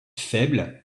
faible